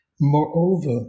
Moreover